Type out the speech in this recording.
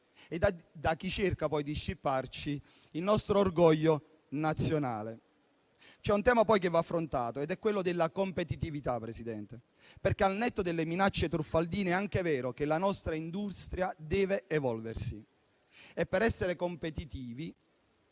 e da chi cerca di scipparci il nostro orgoglio nazionale. C'è un tema, poi, che va affrontato ed è quello della competitività, perché al netto delle minacce truffaldine è anche vero che la nostra industria deve evolversi e per essere competitivi